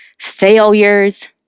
failures